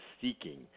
seeking